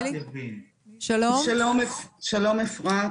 שלום אפרת,